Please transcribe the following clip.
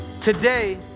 Today